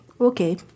okay